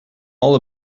all